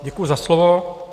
Děkuji za slovo.